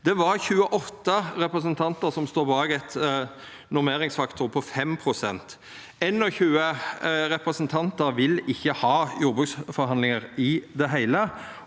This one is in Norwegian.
Det var 28 representantar som stod bak ein normeringsfaktor på 5 pst. 21 representantar ville ikkje ha jordbruksforhandlingar i det heile.